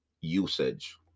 usage